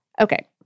Okay